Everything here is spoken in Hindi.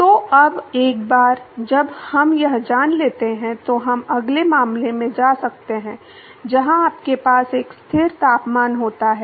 तो अब एक बार जब हम यह जान लेते हैं तो हम अगले मामले में जा सकते हैं जहां आपके पास एक स्थिर तापमान होता है